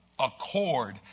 Accord